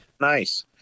Nice